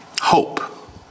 hope